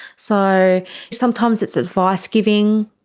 so sometimes it's advice giving.